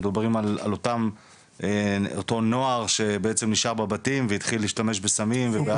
מדברים על אותו נוער שבעצם נשאר בבתים והתחיל להשתמש בסמים ובאלכוהול.